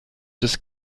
des